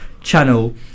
channel